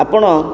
ଆପଣ